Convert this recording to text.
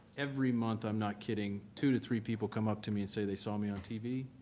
every month, i'm not kidding, two to three people come up to me and say they saw me on tv,